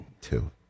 two